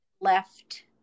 left